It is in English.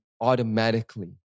automatically